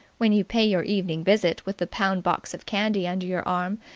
when you pay your evening visit with the pound box of candy under your arm,